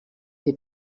des